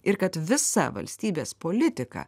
ir kad visa valstybės politika